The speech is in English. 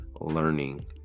learning